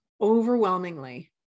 overwhelmingly